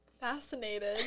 fascinated